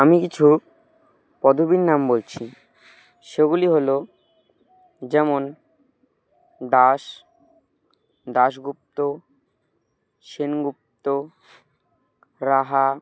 আমি কিছু পদবীর নাম বলছি সেগুলি হলো যেমন দাস দাশগুপ্ত সেনগুপ্ত রাহা